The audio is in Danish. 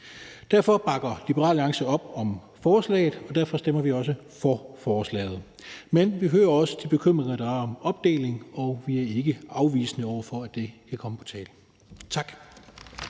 Derfor bakker Liberal Alliance op om forslaget, og derfor stemmer vi også for forslaget. Men vi hører også de bekymringer, der er, og ønsker om opdeling, og vi er ikke afvisende over for, at det kan komme på tale. Tak.